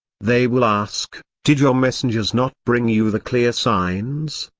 they will ask, did your messengers not bring you the clear signs?